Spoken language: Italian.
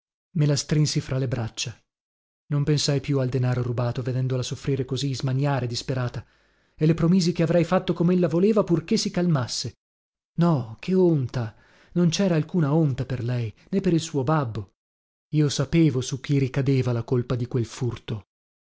me la strinsi fra le braccia non pensai più al denaro rubato vedendola soffrire così smaniare disperata e le promisi che avrei fatto comella voleva purché si calmasse no che onta non cera alcuna onta per lei né per il suo babbo io sapevo su chi ricadeva la colpa di quel furto